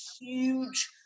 huge